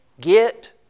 get